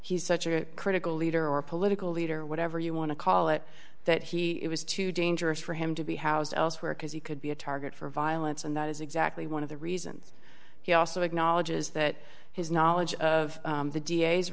he's such a critical leader or political leader whatever you want to call it that he was too dangerous for him to be housed elsewhere because he could be a target for violence and that is exactly one of the reasons he also acknowledges that his knowledge of the d